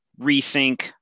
rethink